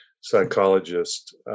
psychologist